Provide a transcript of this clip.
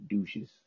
douches